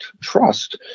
trust